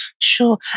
sure